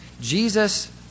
jesus